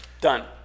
done